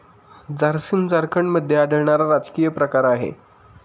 झारसीम झारखंडमध्ये आढळणारा राजकीय प्रकार आहे